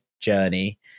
journey